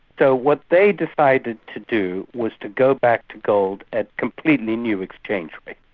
so what they decided to do was to go back to gold at completely new exchange rates.